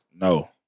No